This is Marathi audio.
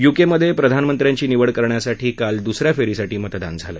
युकेमध्ये प्रधानमंत्र्यांची निवड करण्यासाठी काल दुसऱ्या फेरीसाठी मतदान झालं